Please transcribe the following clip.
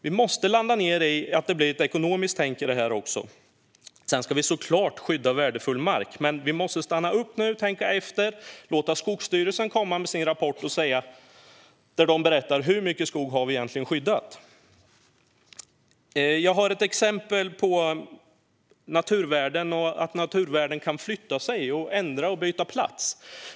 Vi måste landa i att det även blir ett ekonomiskt tänk i detta. Vi ska såklart skydda värdefull mark, men vi måste stanna upp nu, tänka efter och låta Skogsstyrelsen komma med sin rapport där de berättar hur mycket skog vi egentligen har skyddat. Jag har ett exempel på hur naturvärden kan ändras och byta plats.